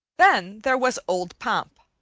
then there was old pomp,